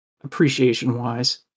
appreciation-wise